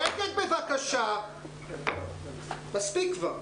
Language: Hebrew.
שקט בבקשה, מספיק פה.